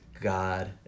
God